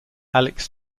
alex